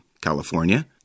California